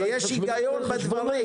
יש היגיון בדברים.